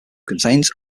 contains